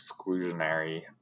exclusionary